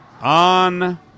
On